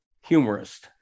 humorist